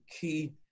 key